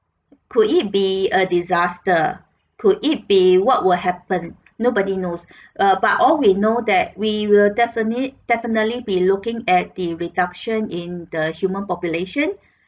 could it be a disaster could it be what will happen nobody knows err but all we know that we will definitely definitely be looking at the reduction in the human population